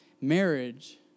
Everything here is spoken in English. marriage